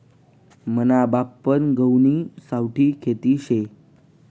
मना बापपन गहुनी सावठी खेती शे